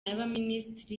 y’abaminisitiri